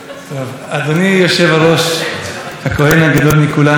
חבריי חברי הכנסת המתוקים והמתוקות,